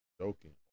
Joking